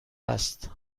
هست